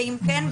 ואם כן,